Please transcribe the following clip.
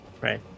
Right